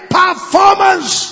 performance